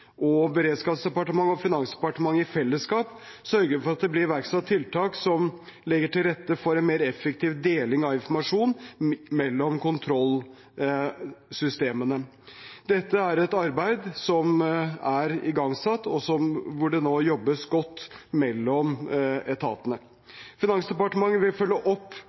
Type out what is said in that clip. og beredskapsdepartementet og Finansdepartementet i fellesskap sørger for at det blir iverksatt tiltak som legger til rette for en mer effektiv deling av informasjon mellom kontrollsystemene. Dette er et arbeid som er igangsatt, hvor det nå jobbes godt mellom etatene. Finansdepartementet vil følge opp